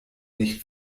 nicht